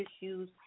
issues